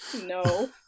No